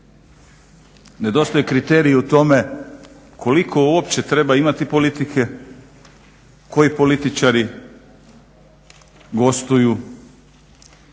nedostaju kriteriji u tome koliko uopće treba imati politike, koji političari gostuju,